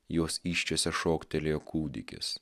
jos įsčiose šoktelėjo kūdikis